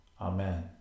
Amen